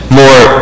more